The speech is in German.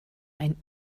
ein